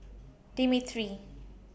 Dimitri